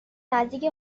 نزدیک